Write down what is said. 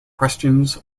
questions